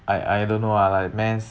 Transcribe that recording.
I I don't know ah like mass